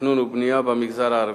תכנון ובנייה במגזר הערבי.